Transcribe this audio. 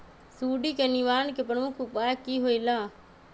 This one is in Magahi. सुडी के निवारण के प्रमुख उपाय कि होइला?